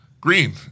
green